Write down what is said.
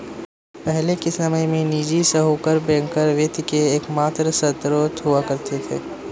पहले के समय में निजी साहूकर बैंकर वित्त के एकमात्र स्त्रोत हुआ करते थे